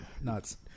Nuts